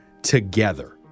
Together